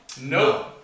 No